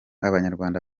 abanyarwanda